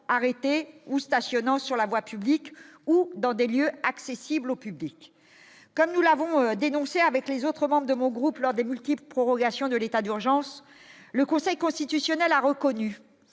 arrêtées ou stationnant sur la voie publique ou dans des lieux accessibles au public, comme nous l'avons dénoncé avec les autres membres de mon groupe lors des multiples provocations de l'état d'urgence le Conseil constitutionnel a reconnu